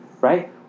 Right